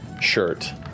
shirt